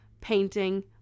Painting